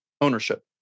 ownership